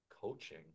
coaching